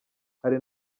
kandi